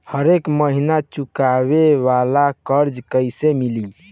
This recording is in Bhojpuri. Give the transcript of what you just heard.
हरेक महिना चुकावे वाला कर्जा कैसे मिली?